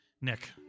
Nick